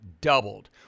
doubled